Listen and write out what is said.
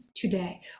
Today